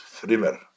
Frimer